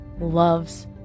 loves